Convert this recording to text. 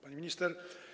Pani Minister!